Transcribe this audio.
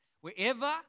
wherever